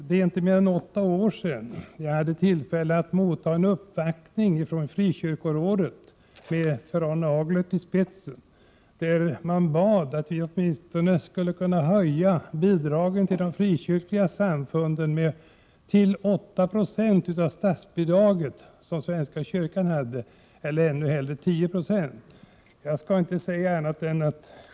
Det är inte mer än åtta år sedan jag hade tillfälle att mottaga en uppvaktning från frikyrkorådet med Per Arne Aglert i spetsen. Man bad då att vi åtminstone skulle höja bidragen till de frikyrkliga samfunden till 8 90 — eller ännu hellre 10 96 — av det statsbidrag som svenska kyrkan hade.